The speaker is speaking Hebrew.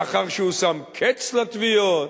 לאחר שהושם קץ לתביעות?